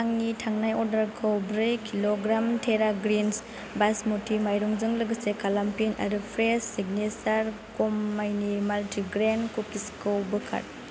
आंनि थांनाय अर्डारखौ ब्रै किल'ग्राम तेरा ग्रिन्स बासमती माइरंजों लोगोसे खालामफिन आरो फ्रेस सिगनेसार गम माइनि माल्टिग्रेन कुकिसखौ बोखार